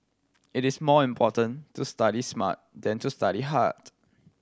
it is more important to study smart than to study hard